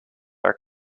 are